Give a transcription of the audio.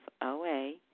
OA